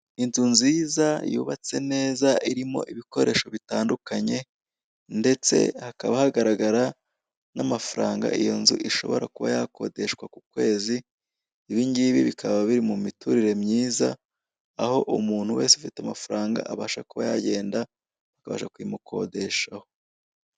Inzu nziza yubatse neza irimo ibikoresho bitandukanye ndetse hakaba hagaragara n'amafaranga iyo nzu ishobora kuba yakodeshwa ku kwezi, ibingibi bikaba biri mu miturire myiza aho umuntu wese ufite amafaranga abasha kuba yagenda akabasha kuyimukodeshaho.